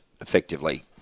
effectively